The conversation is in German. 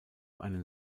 einen